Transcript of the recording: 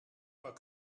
pas